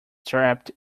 trapped